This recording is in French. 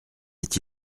est